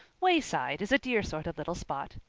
wayside is a dear sort of little spot.